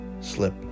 slip